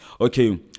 okay